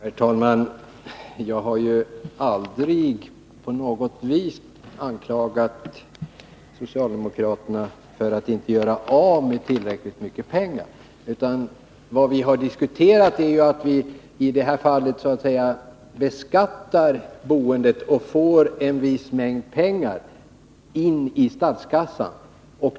Herr talman! Jag har aldrig på något vis anklagat socialdemokraterna för att inte göra av med tillräckligt mycket pengar. Diskussionen gäller att vi beskattar boendet och får in en viss mängd pengar till statskassan.